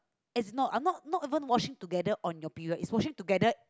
is not I'm not not even washing together on your period is washing together